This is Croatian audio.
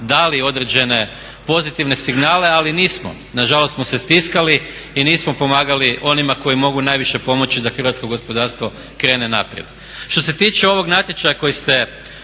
dali određene pozitivne signale ali nismo, nažalost smo se stiskali i nismo pomagali onima koji mogu najviše pomoći da hrvatsko gospodarstvo krene naprijed. Što se tiče ovog natječaja koji ste